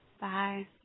bye